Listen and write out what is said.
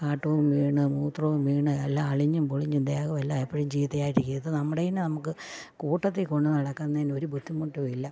കാട്ടവും വീണ് മൂത്രവും വീണ് എല്ലാം അളിഞ്ഞും പൊളിഞ്ഞും ദേഹോല്ലാം എപ്പഴും ചീത്തയായിട്ടിരിക്കും ഇത് നമ്മളേതിന് നമുക്ക് കൂട്ടത്തിൽ കൊണ്ട് നടക്കുന്നതിന് ഒരു ബുദ്ധിമുട്ടും ഇല്ല